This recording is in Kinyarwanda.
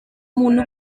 muntu